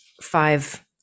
five